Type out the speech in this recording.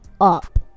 up